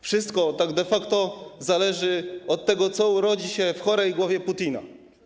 Wszystko tak de facto zależy od tego, co urodzi się w chorej głowie Putina.